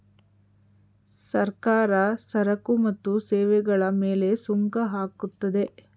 ಸರ್ಕಾರ ಸರಕು ಮತ್ತು ಸೇವೆಗಳ ಮೇಲೆ ಸುಂಕ ಹಾಕುತ್ತದೆ